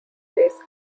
space